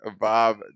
Bob